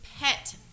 pet